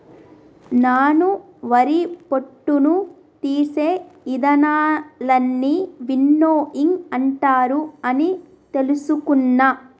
నాను వరి పొట్టును తీసే ఇదానాలన్నీ విన్నోయింగ్ అంటారు అని తెలుసుకున్న